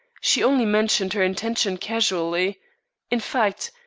she only mentioned her intention casually in fact,